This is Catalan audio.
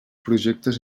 projectes